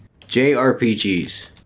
JRPGs